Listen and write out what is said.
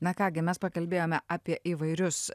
na ką gi mes pakalbėjome apie įvairius